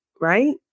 Right